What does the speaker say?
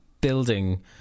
building